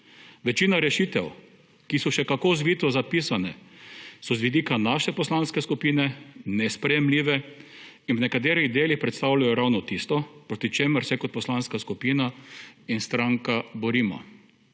Večina rešitev, ki so še kako zvito zapisane, so z vidika naše poslanske skupine nesprejemljive in v nekaterih delih predstavljajo ravno tisto proti čemer se kot poslanska skupina in stranka borimo.